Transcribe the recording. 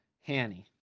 Hanny